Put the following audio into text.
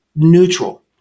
neutral